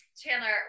Chandler